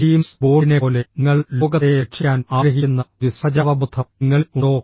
James ബോണ്ടിനെപ്പോലെ നിങ്ങൾ ലോകത്തെ രക്ഷിക്കാൻ ആഗ്രഹിക്കുന്ന ഒരു സഹജാവബോധം നിങ്ങളിൽ ഉണ്ടോ